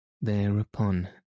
Thereupon